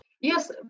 Yes